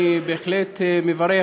אני בהחלט מברך